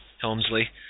Helmsley